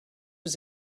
was